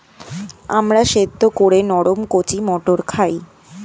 আমরা সেদ্ধ করে নরম কচি মটর খাই